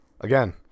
Again